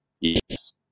Yes